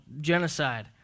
genocide